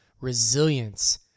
resilience